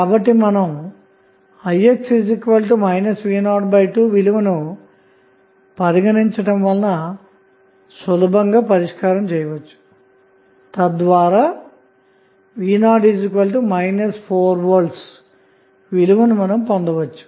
కాబట్టి మనం i x v 02 విలువను పరిగణించడం వలన సులభంగా పరిష్కరించవచ్చుతద్వారా v0 4V విలువను పొందవచ్చు